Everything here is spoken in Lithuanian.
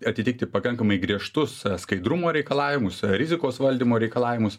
atitikti pakankamai griežtus skaidrumo reikalavimus rizikos valdymo reikalavimus